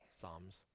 Psalms